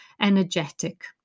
energetic